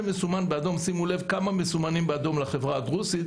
שימו לב כמה מסומנים באדום לחברה הדרוזית,